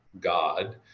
God